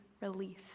relief